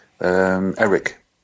Eric